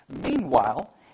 Meanwhile